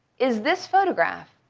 is this photograph.